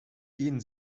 gehen